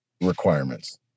requirements